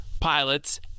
pilots